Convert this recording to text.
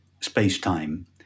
space-time